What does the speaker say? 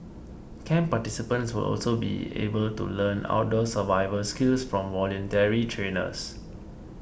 camp participants will also be able to learn outdoor survival skills from voluntary trainers